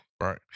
Right